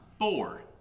Four